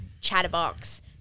chatterbox